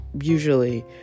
Usually